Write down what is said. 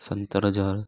सतरि हज़ार